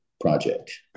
project